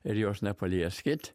ir jos nepalieskit